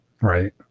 Right